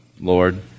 Lord